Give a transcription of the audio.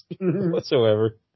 whatsoever